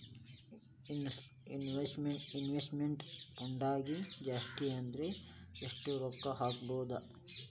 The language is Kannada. ಇನ್ವೆಸ್ಟ್ಮೆಟ್ ಫಂಡ್ನ್ಯಾಗ ಜಾಸ್ತಿ ಅಂದ್ರ ಯೆಷ್ಟ್ ರೊಕ್ಕಾ ಹಾಕ್ಬೋದ್?